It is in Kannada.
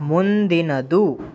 ಮುಂದಿನದು